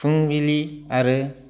फुंबिलि आरो